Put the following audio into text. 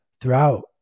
throughout